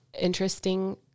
interesting